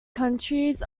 counties